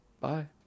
Bye